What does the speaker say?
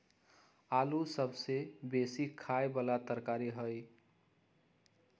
आलू सबसे बेशी ख़ाय बला तरकारी हइ